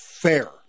fair